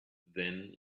then